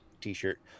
t-shirt